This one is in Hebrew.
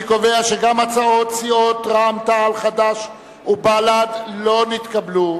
אני קובע שגם הצעת סיעות רע"ם-תע"ל חד"ש בל"ד לא נתקבלה,